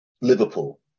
Liverpool